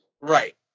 Right